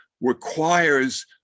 requires